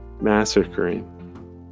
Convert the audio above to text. massacring